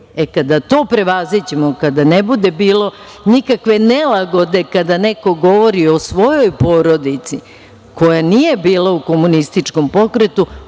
Kada to prevaziđemo, kada ne bude bilo nikakve nelagode kada neko govori o svojoj porodici koja nije bila u komunističkom pokretu,